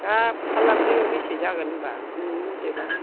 दा फाल्लाब्रैयाव बेसे जागोन होनबा नोंनि मथेबा